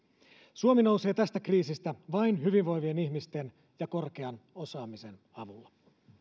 suomi nousee tästä kriisistä vain hyvinvoivien ihmisten ja korkean osaamisen avulla